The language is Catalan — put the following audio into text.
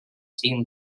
cinc